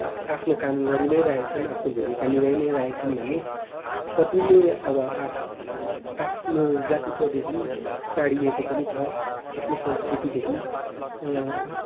आफ्नो काम गरी नै रहेका छन् आफ्नो भूमिका निभाइ नै राखेका छन् भने कतिले अब आफ् आफ्नो जातित्वदेखि टाढिएको पनि छ आफ्नो संस्कृतिदेखि अँ